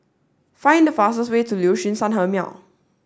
find the fastest way to Liuxun Sanhemiao